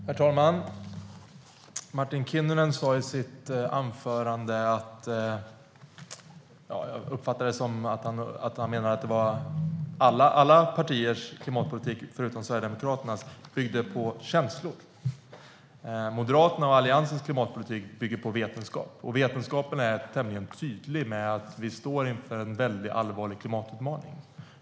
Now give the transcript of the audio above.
Herr talman! Jag uppfattade det som att Martin Kinnunen menar att alla partiers klimatpolitik, förutom Sverigedemokraternas, bygger på känslor. Moderaternas och Alliansens klimatpolitik bygger på vetenskap. Och vetenskapen är tämligen tydlig med att vi står inför en allvarlig klimatutmaning.